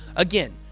again,